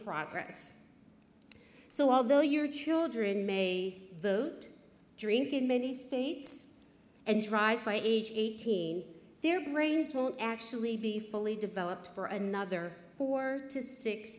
progress so although your children may vote drink in many states and drive by age eighteen their brains won't actually be fully developed for another two or to six